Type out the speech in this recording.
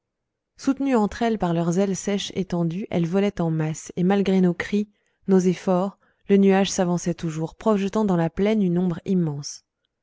soutenues entre elles par leurs ailes sèches étendues elles volaient en masse et malgré nos cris nos efforts le nuage s'avançait toujours projetant dans la plaine une ombre immense